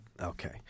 Okay